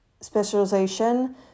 specialization